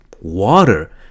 water